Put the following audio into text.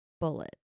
bullet